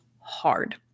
hard